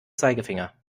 zeigefinger